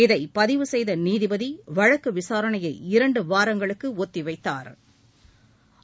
இதை பதிவு செய்த நீதிபதி வழக்கு விசாரணையை இரண்டு வாரங்களுக்கு ஒத்திவைத்தாா்